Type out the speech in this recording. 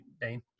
Dane